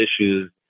issues